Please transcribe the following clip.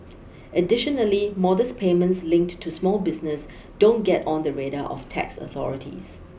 additionally modest payments linked to small business don't get on the radar of tax authorities